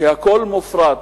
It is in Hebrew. כשהכול מופרט,